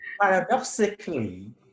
paradoxically